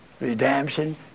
redemption